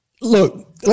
look